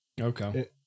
Okay